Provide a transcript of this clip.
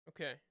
okay